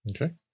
Okay